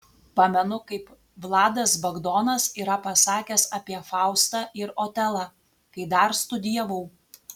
pamenu kaip vladas bagdonas yra pasakęs apie faustą ir otelą kai dar studijavau